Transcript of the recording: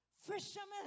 Fishermen